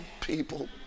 people